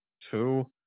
Two